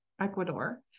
Ecuador